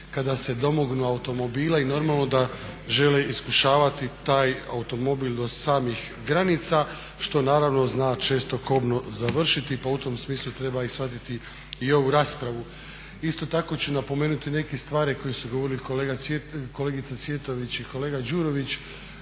kada se domognu automobila i normalno da žele iskušavati taj automobil do samih granica, što naravno zna često kobno završiti pa u tom smislu treba shvatiti i ovu raspravu. Isto tako ću napomenuti neke stvari koje su govorili kolegica Cvjetović i kolega Đurović.